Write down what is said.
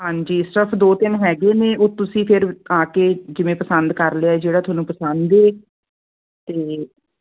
ਹਾਂਜੀ ਸਟੱਫ ਦੋ ਤਿੰਨ ਹੈਗੇ ਨੇ ਉਹ ਤੁਸੀਂ ਫਿਰ ਆ ਕੇ ਜਿਵੇਂ ਪਸੰਦ ਕਰ ਲਿਆ ਜਿਹੜਾ ਤੁਹਾਨੂੰ ਪਸੰਦ ਹੈ ਤਾਂ